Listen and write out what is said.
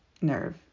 nerve